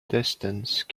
distance